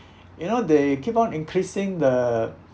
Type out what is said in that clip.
you know they keep on increasing the